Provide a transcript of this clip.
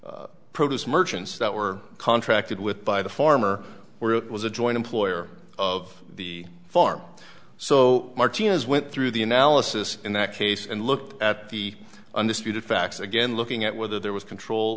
the produce merchants that were contracted with by the farmer were it was a joint employer of the farm so martinez went through the analysis in that case and looked at the undisputed facts again looking at whether there was control